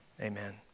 Amen